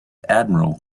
admiral